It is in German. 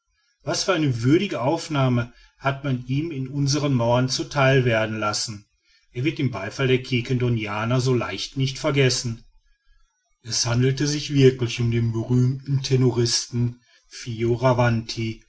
was für eine würdige aufnahme hat man ihm in unseren mauern zu theil werden lassen er wird den beifall der quiquendonianer so leicht nicht vergessen es handelte sich wirklich um den berühmten tenoristen